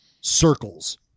circles